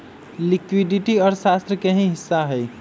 liquidity अर्थशास्त्र के ही हिस्सा हई